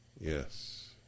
Yes